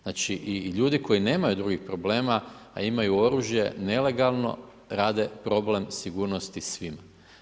Znači, i ljudi koji nemaju drugih problema, a imaju oružje nelegalno rade problem sigurnosti svima.